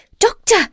Doctor